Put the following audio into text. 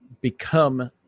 become